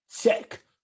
check